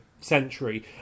century